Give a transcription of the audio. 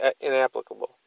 inapplicable